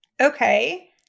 okay